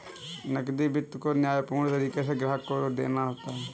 नकदी वित्त को न्यायपूर्ण तरीके से ग्राहक को देना होता है